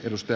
kannatan